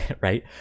right